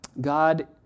God